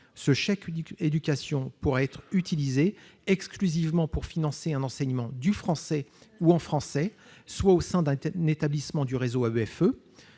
Ce chèque éducation unique pourrait être utilisé exclusivement pour financer un enseignement du français ou en français, au sein d'un établissement du réseau AEFE,